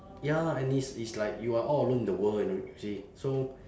ya and it's it's like you are all alone in the world see so